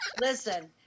Listen